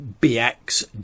BX